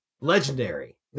legendary